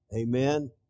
Amen